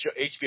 HBO